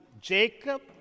Jacob